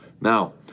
Now